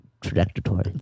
trajectory